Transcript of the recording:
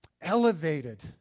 elevated